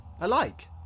alike